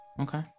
okay